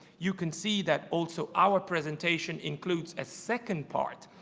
you can see that also our presentation includes a second part,